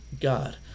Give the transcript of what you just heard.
God